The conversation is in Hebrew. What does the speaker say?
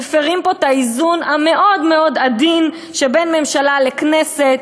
מפרים פה את האיזון המאוד-מאוד עדין שבין ממשלה לכנסת.